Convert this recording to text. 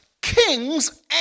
kings